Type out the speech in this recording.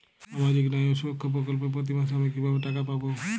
সামাজিক ন্যায় ও সুরক্ষা প্রকল্পে প্রতি মাসে আমি কিভাবে টাকা পাবো?